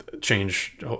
change